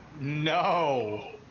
No